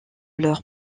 leurs